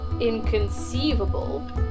inconceivable